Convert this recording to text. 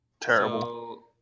Terrible